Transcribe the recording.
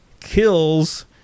kills